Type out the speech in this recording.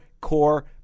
core